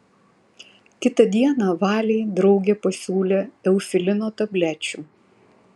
kitą dieną valei draugė pasiūlė eufilino tablečių